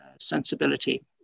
sensibility